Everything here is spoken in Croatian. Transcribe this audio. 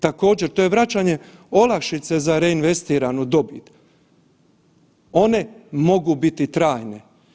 Također to je vraćanje olakšice za reinvestiranu dobit, one mogu biti trajne.